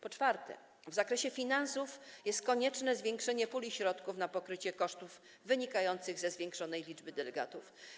Po czwarte, w zakresie finansów jest konieczne zwiększenie puli środków na pokrycie kosztów wynikających ze zwiększonej liczby delegatów.